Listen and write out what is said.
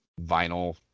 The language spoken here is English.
vinyl